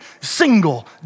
single